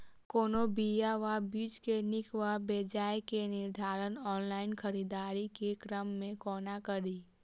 कोनों बीया वा बीज केँ नीक वा बेजाय केँ निर्धारण ऑनलाइन खरीददारी केँ क्रम मे कोना कड़ी?